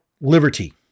Liberty